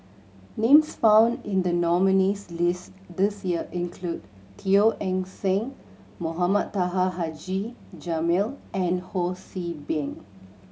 names found in the nominees' list this year include Teo Eng Seng Mohamed Taha Haji Jamil and Ho See Beng